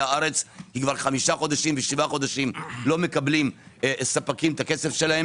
הארץ כי כבר 5 ו-7 חודשים לא מקבלים ספקים את כספם.